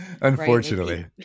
unfortunately